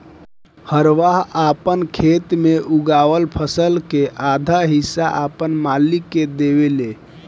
हरवाह आपन खेत मे उगावल फसल के आधा हिस्सा आपन मालिक के देवेले